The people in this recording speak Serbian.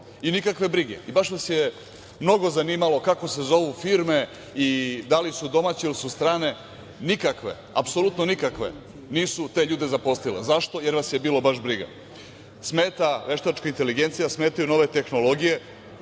i nikakve brige i baš vas je mnogo zanimalo kako se zovu firme i da li su domaće ili strane. Apsolutno nikakve nisu te ljude zaposlile. Zašto? Jer vas je bilo baš briga. Smeta veštačka inteligencija, smetaju nove tehnologije,